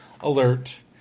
alert